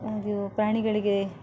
ಅದು ಪ್ರಾಣಿಗಳಿಗೆ